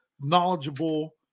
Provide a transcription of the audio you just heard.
knowledgeable